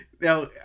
Now